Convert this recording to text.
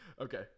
Okay